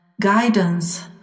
guidance